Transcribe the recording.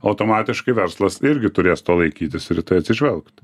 automatiškai verslas irgi turės laikytis ir į tai atsižvelgt